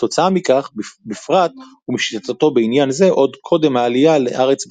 כתוצאה מכך בפרט ומשיטתו בעניין זה עוד קודם העלייה לארץ בכלל,